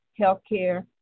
healthcare